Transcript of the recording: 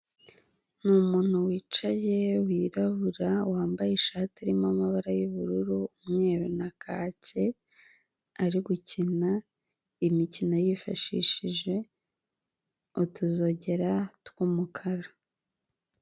Ni umuntu wicaye, wirabura, wambaye ishati irimo amabara y'ubururu, umweru na kake, ari gukina imikino yifashishije utuzogera tw'umukara.